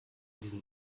diesem